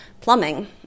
plumbing